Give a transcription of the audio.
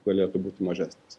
galėtų būti mažesnės